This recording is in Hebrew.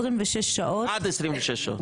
עד 26 שעות.